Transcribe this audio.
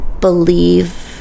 believe